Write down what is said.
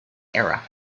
era